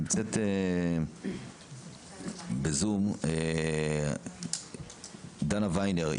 נמצאת בזום דנה ויינר,